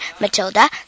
Matilda